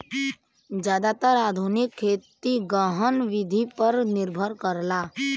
जादातर आधुनिक खेती गहन विधि पर निर्भर करला